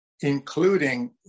including